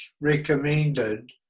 recommended